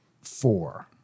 four